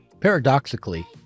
Paradoxically